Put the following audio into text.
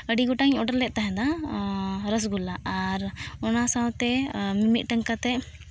ᱟᱹᱰᱤ ᱜᱚᱴᱟᱝ ᱚᱰᱟᱨ ᱞᱮᱫ ᱛᱟᱦᱮᱸᱫ ᱫᱚ ᱨᱳᱥᱜᱩᱞᱞᱟ ᱟᱨ ᱚᱱᱟ ᱥᱟᱶᱛᱮ ᱢᱤᱫᱴᱟᱱ ᱠᱟᱛᱮᱫ